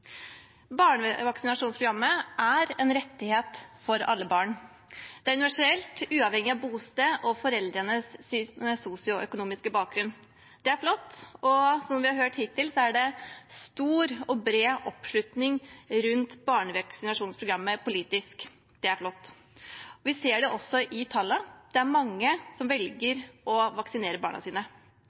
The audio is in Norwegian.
Barnevaksinasjonsprogrammet er en rettighet for alle barn – universelt og uavhengig av bosted og foreldrenes sosioøkonomiske bakgrunn; det er flott. Som vi har hørt hittil, er det stor og bred politisk oppslutning rundt barnevaksinasjonsprogrammet; det er flott. Vi ser det også i tallene: Mange velger å vaksinere barna sine.